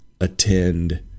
attend